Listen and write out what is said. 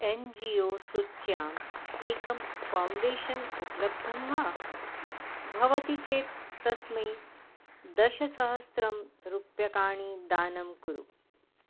N G O सूच्याम् एकं foundation उपलब्धं वा भवति चेत् तस्मै दशसहस्रं रूप्यकाणि दानं कुरु